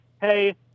hey